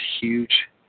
huge